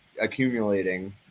accumulating